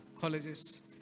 colleges